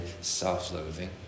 self-loathing